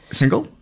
single